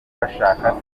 bashaka